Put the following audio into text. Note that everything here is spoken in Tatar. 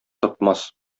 тотмас